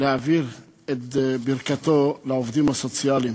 להעביר את ברכתו לעובדים הסוציאליים: